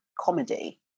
comedy